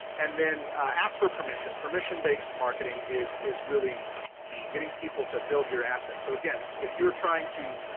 and then ask for permission, permission based marketing is is really key, getting people to build your assets. so again, if you're trying to